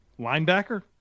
Linebacker